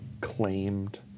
claimed